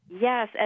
Yes